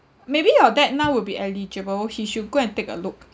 maybe your dad now will be eligible he should go and take a look